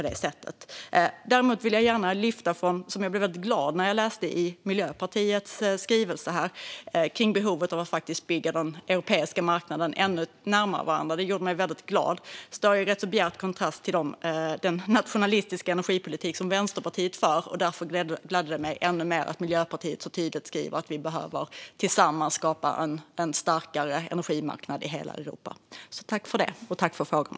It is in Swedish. Däremot vill jag gärna lyfta fram något som jag blev väldigt glad över att läsa om i Miljöpartiets skrivelse, nämligen behovet av att faktiskt bygga ihop de europeiska marknaderna ännu mer. Det gjorde mig väldigt glad. Det står i ganska bjärt kontrast till den nationalistiska energipolitik som Vänsterpartiet för, och därför gladde det mig ännu mer att Miljöpartiet så tydligt skriver att vi tillsammans behöver skapa en starkare energimarknad i hela Europa. Tack för det, och tack för frågorna!